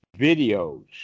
videos